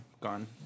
gone